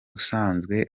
usanzwe